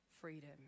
freedom